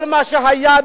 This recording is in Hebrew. כל מה שהיה,